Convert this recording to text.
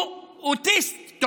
שהוא אוטיסט.